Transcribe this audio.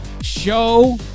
show